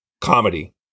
comedy